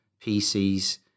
PCs